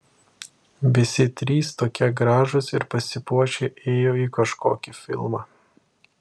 visi trys tokie gražūs ir pasipuošę ėjo į kažkokį filmą